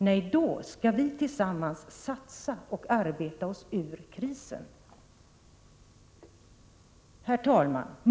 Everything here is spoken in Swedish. Nej, då skall vi tillsammans satsa och arbeta oss ur krisen.” Herr talman!